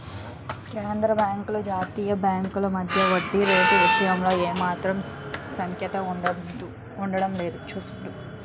కేంద్రబాంకులు జాతీయ బాంకుల మధ్య వడ్డీ రేటు విషయంలో ఏమాత్రం సఖ్యత ఉండడం లేదు చూడు